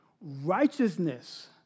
righteousness